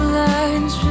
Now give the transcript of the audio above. lines